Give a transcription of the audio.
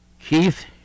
Keith